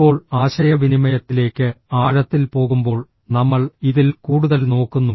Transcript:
ഇപ്പോൾ ആശയവിനിമയത്തിലേക്ക് ആഴത്തിൽ പോകുമ്പോൾ നമ്മൾ ഇതിൽ കൂടുതൽ നോക്കുന്നു